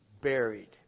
buried